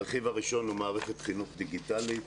הרכיב הראשון הוא מערכת חינוך דיגיטלית